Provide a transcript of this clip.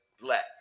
Black